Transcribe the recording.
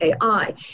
AI